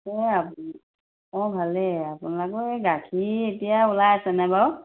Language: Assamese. এই অঁ ভালেই আপোনালোকৰ এই গাখীৰ এতিয়া ওলাই আছেনে বাৰু